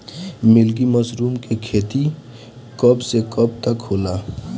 Milky mushroom के खेती कब से कब तक होला?